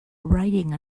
riding